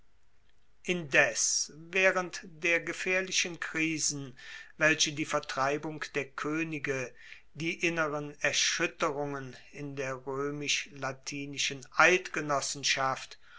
indes waehrend der gefaehrlichen krisen welche die vertreibung der koenige die inneren erschuetterungen in der roemisch latinischen eidgenossenschaft